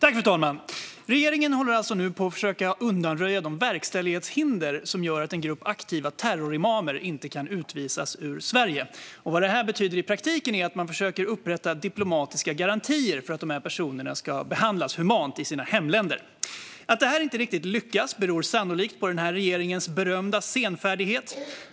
Fru talman! Regeringen håller nu på och försöker undanröja de verkställighetshinder som gör att en grupp aktiva terrorimamer inte kan utvisas från Sverige. Vad detta betyder i praktiken är att man försöker upprätta diplomatiska garantier för att dessa personer ska behandlas humant i sina hemländer. Att detta inte riktigt lyckas beror sannolikt på regeringens berömda senfärdighet.